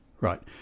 Right